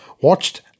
watched